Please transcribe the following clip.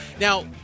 Now